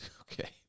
Okay